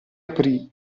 aprì